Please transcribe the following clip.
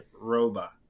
Roba